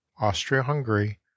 Austria-Hungary